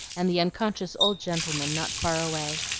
and the unconscious old gentleman not far away.